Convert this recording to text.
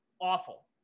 awful